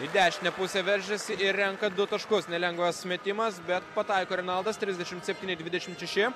į dešinę pusę veržiasi ir renka du taškus nelengvas metimas bet pataiko arnoldas trisdešimt septyni dvidešimt šeši